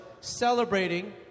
celebrating